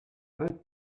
alt